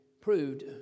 proved